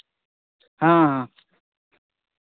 ᱦᱮᱸ